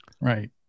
Right